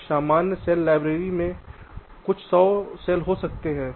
एक सामान्य cell library में कुछ सौ सेल हो सकते हैं